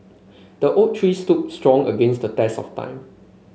the oak tree stood strong against the test of time